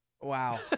Wow